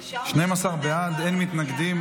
12 בעד, אין מתנגדים.